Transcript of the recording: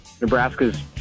Nebraska's